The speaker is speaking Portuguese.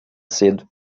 cedo